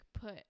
put